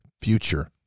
future